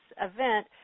event